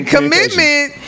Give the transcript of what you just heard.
Commitment